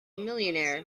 millionaire